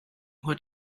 what